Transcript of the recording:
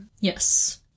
yes